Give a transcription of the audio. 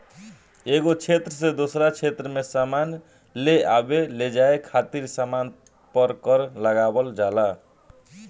एगो क्षेत्र से दोसरा क्षेत्र में सामान लेआवे लेजाये खातिर सामान पर कर लगावल जाला